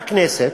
בכנסת,